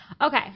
Okay